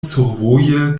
survoje